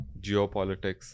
geopolitics